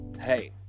hey